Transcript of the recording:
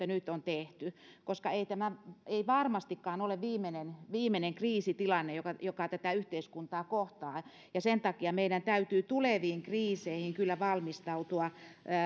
nyt on tehty koska ei tämä varmastikaan ole viimeinen viimeinen kriisitilanne joka joka tätä yhteiskuntaa kohtaa ja sen takia meidän täytyy tuleviin kriiseihin kyllä valmistautua